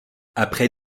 après